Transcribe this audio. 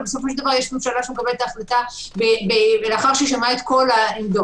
אבל בסופו של דבר יש ממשלה שמקבלת את ההחלטה לאחר שמעה את כל העמדות.